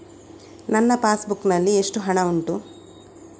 ನನ್ನ passbook ನಲ್ಲಿ ಎಷ್ಟು ಹಣ ಉಂಟು?